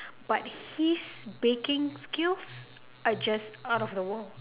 but his baking skills are just out of the world